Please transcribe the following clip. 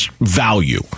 value